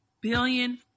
billion